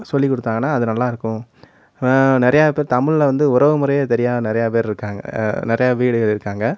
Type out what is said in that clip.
சொல்லிக் கொடுத்தாங்கனா அது நல்லாயிருக்கும் நிறையா பேர் தமிழில் வந்து உறவு முறையே தெரியாத நெறையா பேர் இருக்காங்க நிறையா வீடுகள் இருக்காங்க